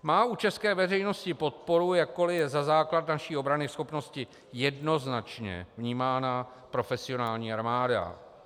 Má u české veřejnosti podporu, jakkoli je za základ naší obranyschopnosti jednoznačně vnímána profesionální armáda.